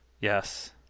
Yes